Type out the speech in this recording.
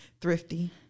Thrifty